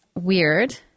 weird